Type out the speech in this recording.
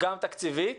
תקציבית